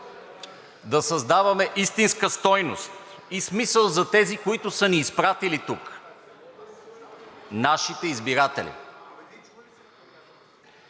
да създаваме истинска стойност и смисъл за тези, които са ни изпратили тук – нашите избиратели.